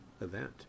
event